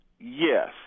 Yes